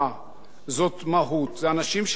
אלו אנשים שגרים מחוץ למרכז,